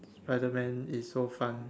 spider man is so fun